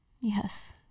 Yes